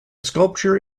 sculpture